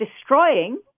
destroying